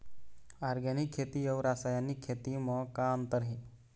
Organic खेती अउ रासायनिक खेती म का अंतर हे?